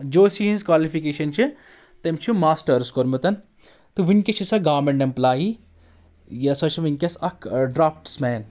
juicy ہِنٛز qualification چھِ تٔمۍ چھُ ماسٹٲرٕس کوٚرمُت تہٕ وٕنکیٚس چھِ سۄ گورمِینٛٹ ایٚمپٕلایِی یہِ ہسا چھِ وٕنکیٚس اکھ ڈرافٹٕس مَین